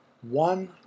one